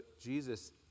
Jesus